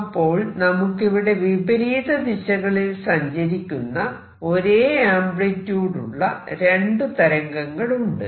അപ്പോൾ നമുക്കിവിടെ വിപരീത ദിശകളിൽ സഞ്ചരിക്കുന്ന ഒരേ ആംപ്ലിട്യൂഡ് ഉള്ള രണ്ടു തരംഗങ്ങൾ ഉണ്ട്